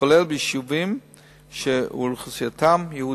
כולל ביישובים שאוכלוסייתם יהודית.